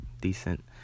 decent